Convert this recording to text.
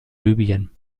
libyen